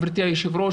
גבירתי היו"ר,